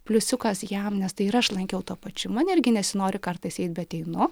pliusiukas jam nes tai ir aš lankiau tuo pačiu man irgi nesinori kartais eit bet einu